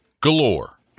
Galore